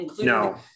No